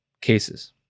cases